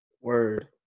Word